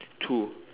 two